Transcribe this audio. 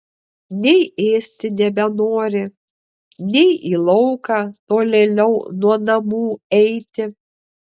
nei ėsti nebenori nei į lauką tolėliau nuo namų eiti